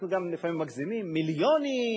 אנחנו גם לפעמים מגזימים: מיליונים.